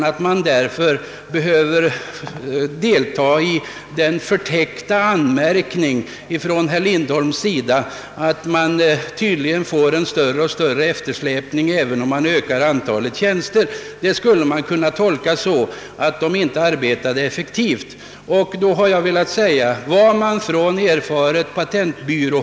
Yttrandet från herr Lindholms sida att eftersläpningen tydligen blir allt större även om antalet tjänster ökas skulle kunna tolkas som en förtäckt anmärkning att personalen inte arbetar effektivt.